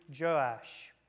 Joash